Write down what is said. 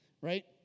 right